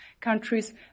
countries